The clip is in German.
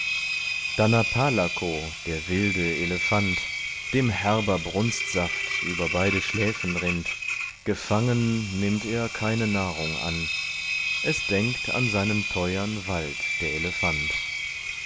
der wilde elefant dem herber brunstsaft über beide schläfen rinnt gefangen nimmt er keine nahrung an es denkt an seinen teuern wald der elefant